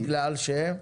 בגלל ש-?